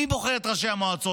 מי בוחר את ראשי המועצות?